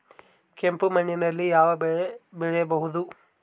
ಕೆಂಪು ಮಣ್ಣಿನಲ್ಲಿ ಯಾವ ಬೆಳೆ ಬೆಳೆಯಬಹುದು?